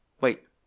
Wait